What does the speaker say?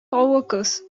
coworkers